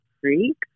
freak